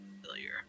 familiar